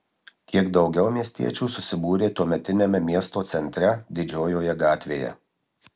kiek daugiau miestiečių susibūrė tuometiniame miesto centre didžiojoje gatvėje